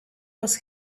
was